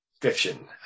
fiction